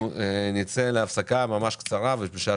אנחנו נצא להפסקה ממש קצרה ובשעה